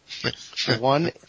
One